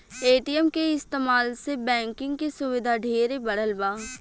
ATM के इस्तमाल से बैंकिंग के सुविधा ढेरे बढ़ल बा